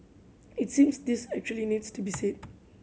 it seems this actually needs to be said